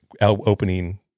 opening